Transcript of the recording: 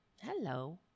Hello